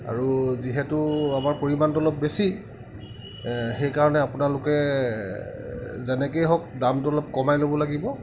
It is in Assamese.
আৰু যিহেতু আমাৰ পৰিমাণটো অলপ বেছি সেইকাৰণে আপোনালোকে যেনেকৈয়ে হওক দামটো অলপ কমাই ল'ব লাগিব